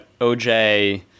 OJ